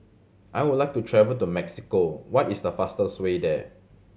I would like to travel to Mexico what is the fastest way there